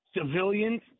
civilians